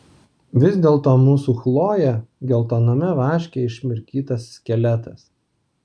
vis dėlto mūsų chlojė geltoname vaške išmirkytas skeletas